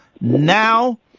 now